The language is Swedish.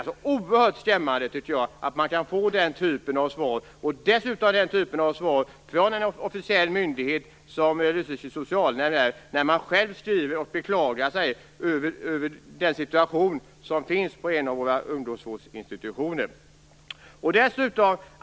Jag tycker alltså att det är oerhört skrämmande att den typen av svar ges och dessutom från en officiell myndighet, som ju Lysekils socialnämnd är, när man beklagar sig över den situation som råder på en av våra ungdomsvårdsinstitutioner.